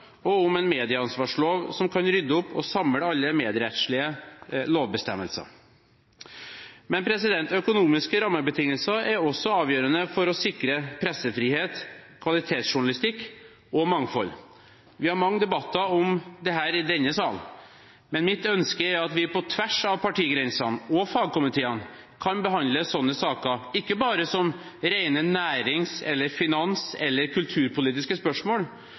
og om en medieansvarslov som kan rydde opp og samle alle medrettslige lovbestemmelser. Men økonomiske rammebetingelser er også avgjørende for å sikre pressefrihet, kvalitetsjournalistikk og mangfold. Vi har mange debatter om dette i denne salen. Men mitt ønske er at vi på tvers av partigrensene og fagkomiteene kan behandle sånne saker ikke bare som rene nærings-, finans- eller kulturpolitiske spørsmål,